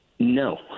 No